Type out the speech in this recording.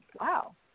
wow